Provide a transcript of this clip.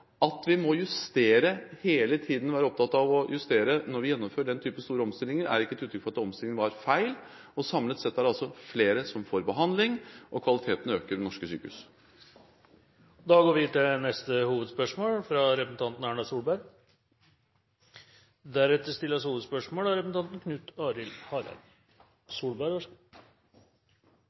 At vi hele tiden må være opptatt av å justere når vi gjennomfører den typen store omstillinger, er ikke et uttrykk for at omstillingen var feil. Samlet sett er det altså flere som får behandling, og kvaliteten øker ved norske sykehus. Da går vi til neste hovedspørsmål. Det er mange som uttrykker bekymring for todelingen av